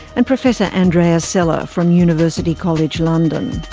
and professor andrea sella from university college london.